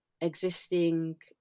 existing